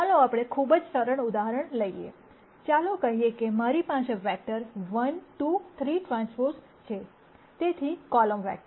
ચાલો આપણે ખૂબ જ સરળ ઉદાહરણ લઈએ ચાલો કહીએ કે મારી પાસે વેક્ટર 1 2 3 ટ્રાન્સપોઝ છે તેથી કોલમ વેક્ટર